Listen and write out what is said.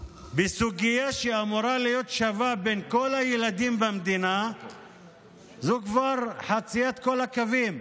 בסוגיה שאמורה להיות שווה בין כל הילדים במדינה זה כבר חציית כל הקווים.